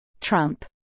Trump